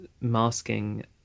masking